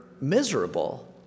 miserable